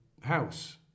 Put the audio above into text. house